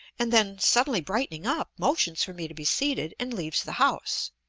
and then, suddenly brightening up, motions for me to be seated and leaves the house.